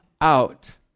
out